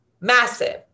massive